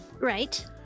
Right